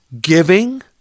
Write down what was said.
giving